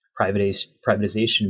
privatization